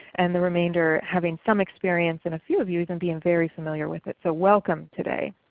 and the remainder having some experience, and a few of you and being very familiar with it. so welcome today.